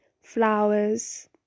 flowers